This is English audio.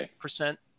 percent